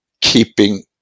keeping